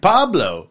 Pablo